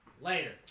Later